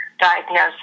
diagnosis